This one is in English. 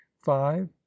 five